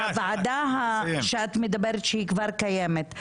הוועדה שאת מדברת שהיא כבר קיימת,